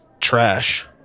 trash